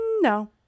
no